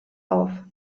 auf